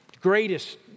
greatest